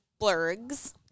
Blurgs